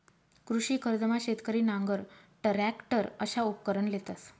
कृषी कर्जमा शेतकरी नांगर, टरॅकटर अशा उपकरणं लेतंस